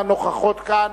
הנוכחות כאן.